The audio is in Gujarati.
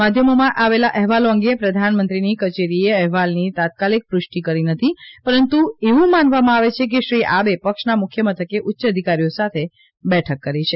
માધ્યમોમાં આવેલા અહેવાલો અંગે પ્રધાનમંત્રીની કચેરીએ અહેવાલની તાત્કાલિક પુષ્ટિ કરી નથી પરંતુ એવું માનવામાં આવે છે કે શ્રી આબે પક્ષના મુખ્ય મથકે ઉચ્ય અધિકારીઓ સાથે બેઠક કરી છે